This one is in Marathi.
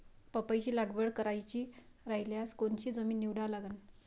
पपईची लागवड करायची रायल्यास कोनची जमीन निवडा लागन?